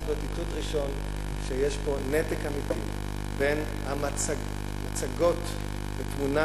זה היה צריך להיות איתות ראשון שיש פה נתק אמיתי בין המצגות ותמונת